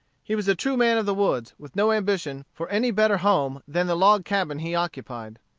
he was a true man of the woods with no ambition for any better home than the log cabin he occupied.